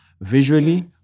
Visually